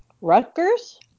Rutgers